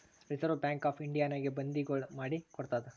reserve bank of ಇಂಡಿಯಾನಾಗೆ ಬಂದಿಗೊಳ್ ಮಾಡಿ ಕೊಡ್ತಾದ್